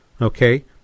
okay